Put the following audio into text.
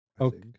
Okay